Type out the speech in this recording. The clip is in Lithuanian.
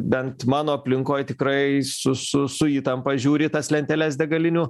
bent mano aplinkoj tikrai su su su įtampa žiūri į tas lenteles degalinių